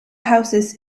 houses